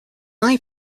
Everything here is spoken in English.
only